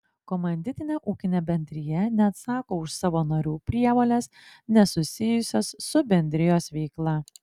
komanditinė ūkinė bendrija neatsako už savo narių prievoles nesusijusias su bendrijos veikla